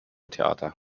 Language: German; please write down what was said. theater